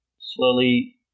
slowly